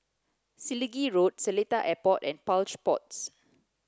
Selegie Road Seletar Airport and Plush Pods